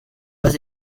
was